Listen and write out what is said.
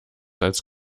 als